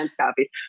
copy